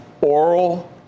oral